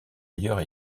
ailleurs